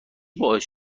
باعث